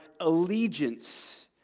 allegiance